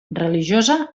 religiosa